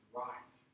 right